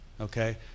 okay